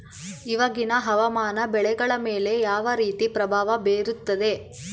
ಇವಾಗಿನ ಹವಾಮಾನ ಬೆಳೆಗಳ ಮೇಲೆ ಯಾವ ರೇತಿ ಪ್ರಭಾವ ಬೇರುತ್ತದೆ?